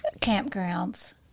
Campgrounds